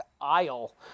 aisle